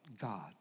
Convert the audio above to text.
God